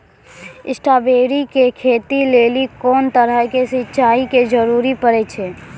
Strawberry के खेती लेली कोंन तरह के सिंचाई के जरूरी पड़े छै?